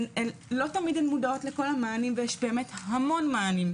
לא כל הן מודעות לכל המענים, ויש המון מענים.